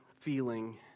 feeling